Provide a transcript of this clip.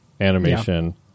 animation